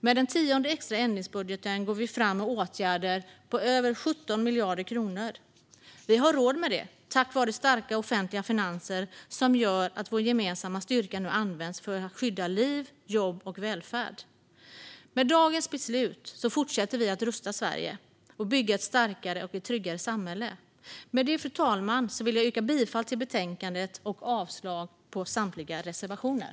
Med den tionde extra ändringsbudgeten går vi fram med åtgärder på över 17 miljarder kronor. Vi har råd med det tack vare starka offentliga finanser som gör att vår gemensamma styrka nu används för att skydda liv, jobb och välfärd. Med dagens beslut fortsätter vi att rusta Sverige och bygga ett starkare och tryggare samhälle. Med det, fru talman, vill jag yrka bifall till utskottets förslag i betänkandet och avslag på samtliga reservationer.